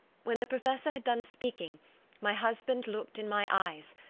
when the professor had done speaking my husband looked in my eyes,